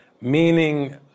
Meaning